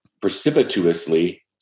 precipitously